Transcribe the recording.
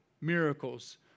miracles